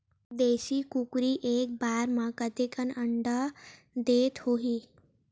देशी कुकरी एक बार म कतेकन अंडा देत होही?